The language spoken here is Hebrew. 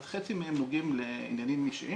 אז חצי מהן נוגעות לעניינים אישיים